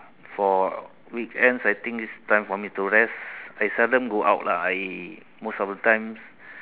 for weekends I think it's time for me to rest I seldom go out lah I most of the times